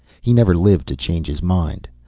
he never lived to change his mind.